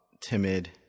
timid